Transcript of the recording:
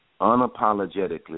unapologetically